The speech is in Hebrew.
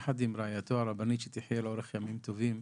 יחד עם רעייתו הרבנית שתחיה לאורך ימים טובים,